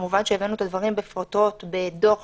וכמובן שהבאנו את הדברים בפרוטרוט בדוח